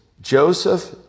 Joseph